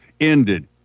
ended